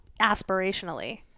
aspirationally